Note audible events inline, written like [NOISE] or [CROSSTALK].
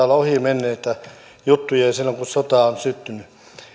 [UNINTELLIGIBLE] olla ohi menneitä juttuja jo silloin kun sota on syttynyt